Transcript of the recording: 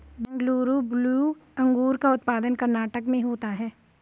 Bengaluru blue अंगूर का उत्पादन कर्नाटक में होता है